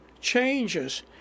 changes